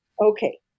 Okay